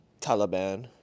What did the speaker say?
Taliban